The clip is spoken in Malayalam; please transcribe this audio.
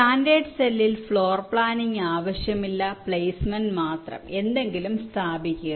സ്റ്റാൻഡേർഡ് സെല്ലിൽ ഫ്ലോർ പ്ലാനിംഗ് ആവശ്യമില്ല പ്ലേസ്മെന്റ് മാത്രം എന്തെങ്കിലും സ്ഥാപിക്കുക